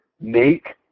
Make